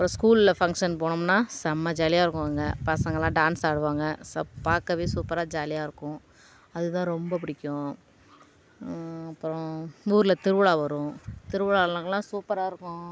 ஸ்கூலில் ஃபங்ஷன் போனோம்னால் செம்ம ஜாலியாக இருக்கும் அங்கே பசங்கெல்லாம் டான்ஸ் ஆடுவாங்க பார்க்கவே சூப்பராக ஜாலியாக இருக்கும் அது தான் ரொம்ப பிடிக்கும் அப்புறம் ஊரில் திருவிழா வரும் திருவிழாவுலலாம் சூப்பராக இருக்கும்